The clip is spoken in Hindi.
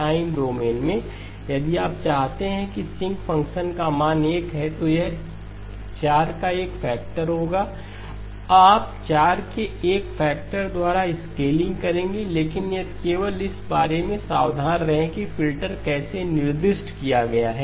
टाइम डोमेन में यदि आप चाहते हैं कि sinc फ़ंक्शन का मान 1 है तो यह 4 का एक फैक्टर होगा आप 4 के एक फैक्टर द्वारा स्केलिंग करेंगे लेकिन यदि केवल इस बारे में सावधान रहें कि फ़िल्टर कैसे निर्दिष्ट किया गया है